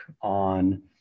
on